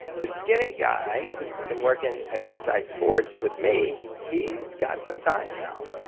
the skinny guy who'd been working at inside sports with me, he's got some time, now.